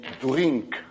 drink